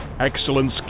Excellence